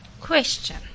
Question